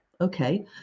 okay